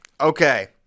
okay